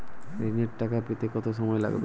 ঋণের টাকা পেতে কত সময় লাগবে?